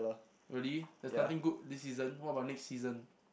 really there's nothing good this season what about next season